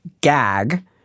gag